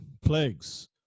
plagues